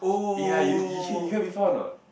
ya you you you hear before a not